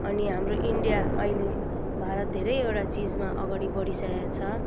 अनि हाम्रो इन्डिया अहिले भारत धेरैवटा चिजमा अगाडि बढिसकेको छ